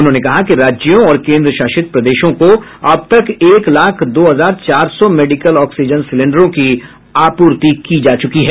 उन्होंने कहा कि राज्यों और केंद्रशासित प्रदेशों को अब तक एक लाख दो हजार चार सौ मेडिकल ऑक्सीजन सिलेंडरों की आपूर्ति की जा चुकी है